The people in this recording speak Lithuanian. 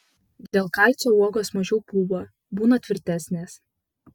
dėl kalcio uogos mažiau pūva būna tvirtesnės